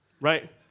right